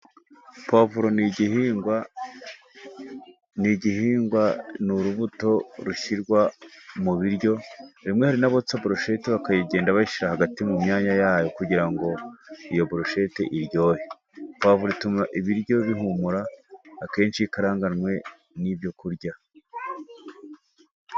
Pavuro ni igihingwa, ni urubuto rushyirwa mu biryo, rimwe hari n'abotsa burusheti bakagenda bashyira ku hagati mu myanya yayo kugira ngo iyo buroshete iryohe . Pavuro ituma ibiryo bihumura, akenshi iyo ikaranganywe n'ibyo kurya.